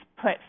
Put